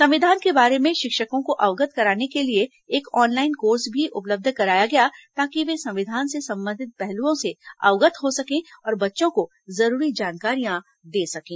संविधान के बारे में शिक्षकों को अवगत कराने के लिए एक ऑनलाइन कोर्स भी उपलब्ध कराया गया ताकि वे संविधान से संबंधित पहलुओं से अवगत हो सकें और बच्चों को जरूरी जानकारियां दे सकें